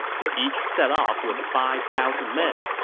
who each set off with five thousand men.